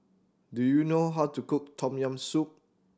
do you know how to cook Tom Yam Soup